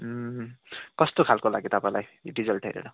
कस्तो खालको लाग्यो तपाईँलाई यो रिजल्ट हेरेर